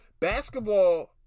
Basketball